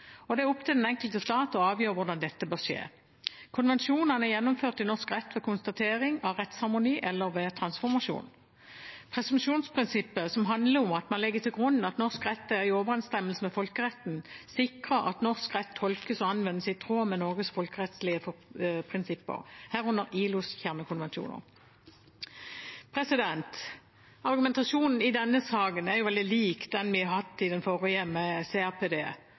rett. Det er opp til den enkelte stat å avgjøre hvordan dette bør skje. Konvensjonene er gjennomført i norsk rett ved konstatering av rettsharmoni eller ved transformasjon. Presumsjonsprinsippet, som handler om at man legger til grunn at norsk rett er i overensstemmelse med folkeretten, sikrer at norsk rett tolkes og anvendes i tråd med Norges folkerettslige prinsipper, herunder ILOs kjernekonvensjoner. Argumentasjonen i denne saken er veldig lik den vi hadde i